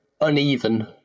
uneven